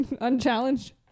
unchallenged